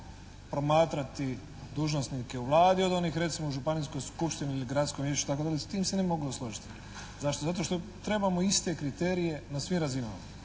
promatrati dužnosnike u Vladi od onih recimo u županijskoj skupštini ili gradskom vijeću itd. s tim se ne bi mogao složiti. Zašto? Zato što trebamo iste kriterije na svim razinama,